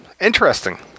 interesting